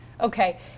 Okay